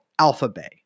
AlphaBay